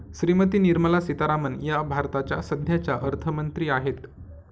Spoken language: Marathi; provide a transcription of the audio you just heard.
श्रीमती निर्मला सीतारामन या भारताच्या सध्याच्या अर्थमंत्री आहेत